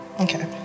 Okay